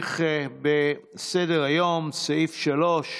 נמשיך בסדר-היום, סעיף 3,